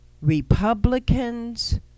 Republicans